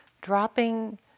dropping